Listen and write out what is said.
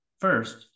first